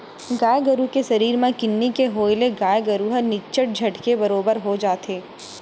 गाय गरु के सरीर म किन्नी के होय ले गाय गरु ह निच्चट झटके बरोबर हो जाथे